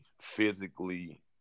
physically